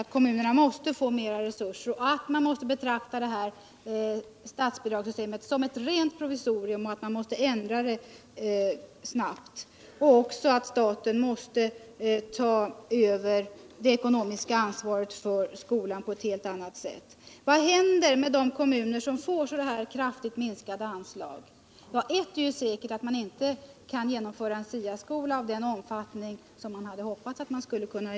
att kommunerna måste få större resurser, all man måste betrakta det här statsbidragssystemet som ett rent provisorium och att man måste ändra det snabbt samt att staten måste ta över det ekonomiska ansvaret för skolan på ett helt annat sätt. Vad händer med de kommuner som får så kraftigt minskade anslag? Ja, ett är säkert: man kan inte genomföra en STA-skola av den omfattning som man hade hoppats på.